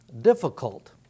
difficult